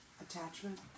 Attachment